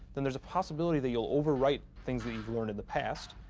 then there's a possibility that you'll overwrite things that you've learned in the past.